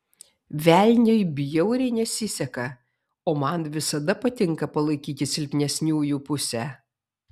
velniui bjauriai nesiseka o man visada patinka palaikyti silpnesniųjų pusę